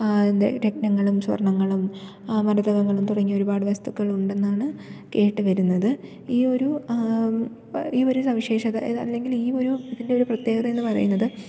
എന്തേ രത്നങ്ങളും സ്വർണങ്ങളും അങ്ങനത്തെ ഇങ്ങനത്തെ തുടങ്ങിയ ഒരുപാട് വസ്തുക്കളുണ്ടെന്ന് ആണ് കേട്ട് വരുന്നത് ഈയൊരു ഈയൊരു സവിശേഷതയിൽ അല്ലെങ്കിൽ ഈയൊരു ഇതിൻ്റെ ഒരു പ്രത്യേകതയെന്ന് പറയുന്നത്